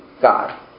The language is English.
god